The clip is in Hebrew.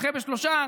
נדחה בשלושה,